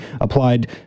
applied